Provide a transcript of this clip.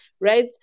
right